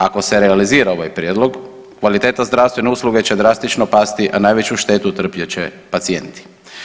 Ako se realizira ovaj prijedlog kvaliteta zdravstvene usluge će drastično pasti, a najveću štetu trpjet će pacijenti.